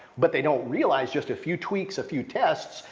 but they don't realize just a few tweaks, a few tests,